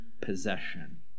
possession